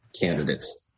candidates